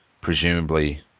presumably